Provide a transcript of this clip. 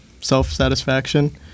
self-satisfaction